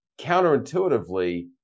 counterintuitively